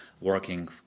working